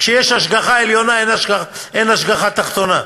כשיש השגחה עליונה, אין השגחה תחתונה.